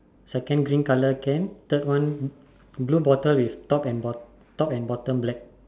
second green colour can third one blue bottle with top top and bottom black